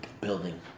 building